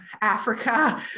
Africa